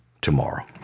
tomorrow